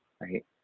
right